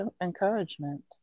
encouragement